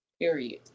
Period